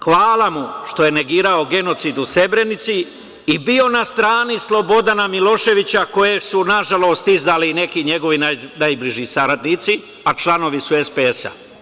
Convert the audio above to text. Hvala mu što je negirao genocid u Srebrenici i bio na strani Slobodana Miloševića, kojeg su, nažalost, izdali neki njegovi najbliži saradnici, a članovi su SPS.